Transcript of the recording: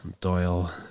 Doyle